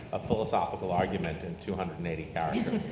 a philosophical argument, in two hundred and eighty characters.